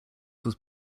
was